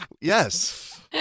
Yes